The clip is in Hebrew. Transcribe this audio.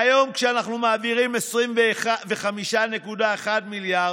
והיום, כשאנחנו מעבירים 25.1 מיליארד,